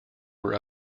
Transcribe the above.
were